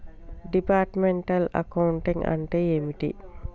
Departmental accounting అంటే ఏమిటి?